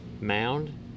mound